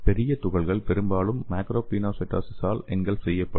பெரிய துகள்கள் பெரும்பாலும் மைக்ரோபினோசைட்டோசிஸால் என்கல்ஃப் செய்யப்படும்